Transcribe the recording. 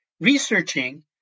researching